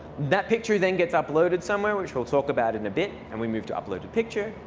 that picture then gets uploaded somewhere, which we'll talk about in a bit, and we move to uploaded picture.